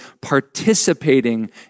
participating